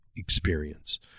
experience